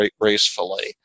gracefully